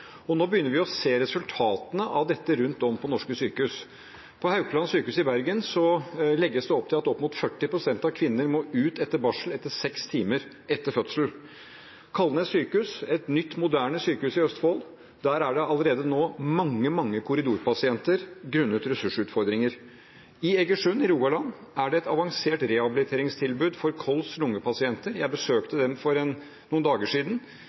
Nå begynner vi å se resultatene av dette rundt om på norske sykehus. På Haukeland universitetssykehus i Bergen legges det opp til at opp mot 40 pst. av barselkvinnene må ut seks timer etter fødsel. Sykehuset på Kalnes i Østfold – et nytt, moderne sykehus – har allerede nå mange korridorpasienter grunnet ressursutfordringer. I Egersund i Rogaland er det et avansert rehabiliteringstilbud for KOLS-/lungepasienter. Jeg besøkte stedet for noen dager siden.